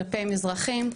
כלפי מזרחים,